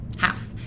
Half